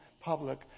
public